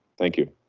thank you.